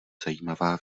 zajímavá